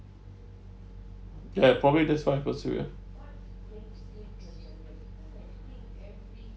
ya probably that's one pursue ya